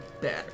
better